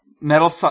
Metal